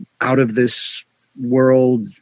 out-of-this-world